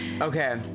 Okay